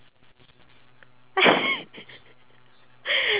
!huh! you were just happily eating it I thought you knew